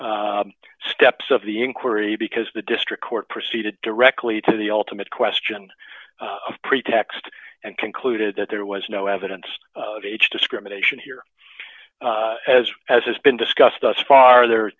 related steps of the inquiry because the district court proceeded directly to the ultimate question of pretext and concluded that there was no evidence of age discrimination here as as has been discussed thus far there